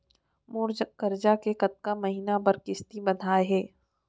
मोर करजा के कतका महीना बर किस्ती बंधाये हे?